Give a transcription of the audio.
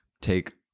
take